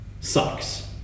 sucks